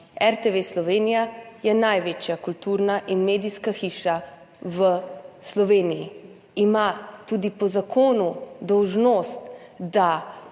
RTV Slovenija je največja kulturna in medijska hiša v Sloveniji. Tudi po zakonu ima dolžnost, da